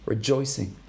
Rejoicing